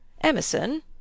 Emerson